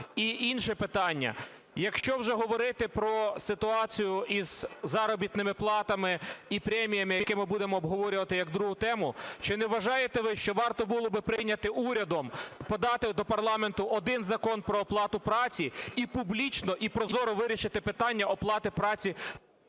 І інше питання. Якщо вже говорити про ситуацію із заробітними платами і преміями, яку ми будемо обговорювати як другу тему, чи не вважаєте ви, що варто було би прийняти урядом, подати до парламенту один Закон про оплату праці і публічно, і прозоро вирішити питання оплати праці?